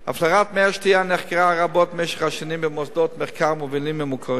הפלרת מי השתייה נחקרה רבות במשך השנים במוסדות מחקר מובילים ומוכרים.